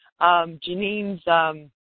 Janine's